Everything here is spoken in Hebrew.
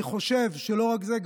אני חושב שלא רק זה,